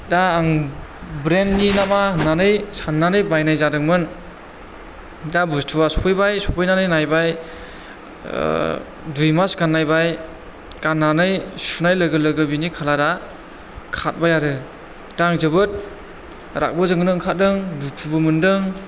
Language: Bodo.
दा आं ब्रेन्दनि ना मा होननानै साननानै बायनाय जादोंमोन दा बुस्तुआ सौफैबाय सौफैनानै नायबाय दुइ मास गाननायबाय गाननानै सुनाय लोगो लोगो बिनि खालारा खारबाय आरो दा आं जोबोद रागाबो जोंनो ओंखारदों दुखुबो मोन्दों